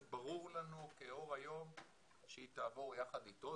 זה ברור לנו כאור היום שהיא תעבור יחד איתו,